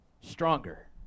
stronger